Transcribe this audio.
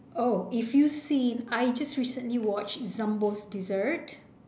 oh if you seen I just recently watched zumbo's desserts